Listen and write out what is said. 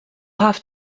have